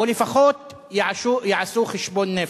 או לפחות יעשו חשבון נפש.